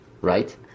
right